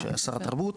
שהיה שר התרבות,